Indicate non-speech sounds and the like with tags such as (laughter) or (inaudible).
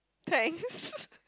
thanks (laughs)